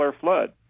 flood